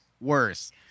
worse